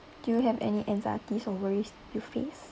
do you have any anxieties or worries you face